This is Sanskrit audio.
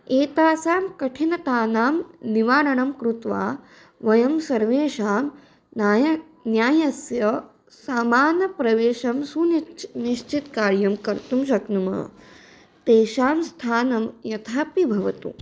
एतासां कठिनतानां निवारणं कृत्वा वयं सर्वेषां न्यायः न्यायस्य सामानप्रवेशं सुनिच् निश्चितं कार्यं कर्तुं शक्नुमः तेषां स्थानं यथापि भवतु